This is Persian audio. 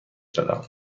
دادم